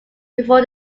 before